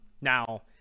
now –